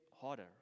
harder